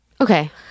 Okay